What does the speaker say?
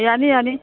ꯌꯥꯅꯤ ꯌꯥꯅꯤ